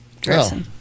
dressing